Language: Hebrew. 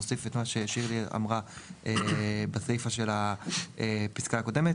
כאן נוסיף את מה ששירלי אמרה בסיפה של הפסקה הקודמת.